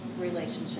relationship